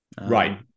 Right